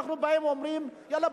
אנחנו באים ואומרים: יאללה,